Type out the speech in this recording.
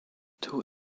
two